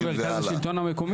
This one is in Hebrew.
מול מרכז השלטון המקומי.